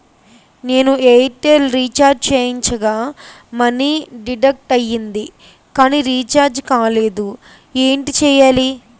నేను Airtel recharge చేయించగా money deduct అయ్యింది కానీ రీఛార్జ్ కాలేదు ఏంటి చేయాలి?